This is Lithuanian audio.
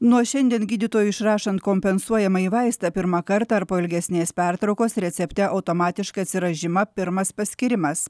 nuo šiandien gydytojui išrašant kompensuojamąjį vaistą pirmą kartą ar po ilgesnės pertraukos recepte automatiškai atsiras žyma pirmas paskyrimas